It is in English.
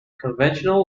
conventional